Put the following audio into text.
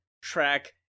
track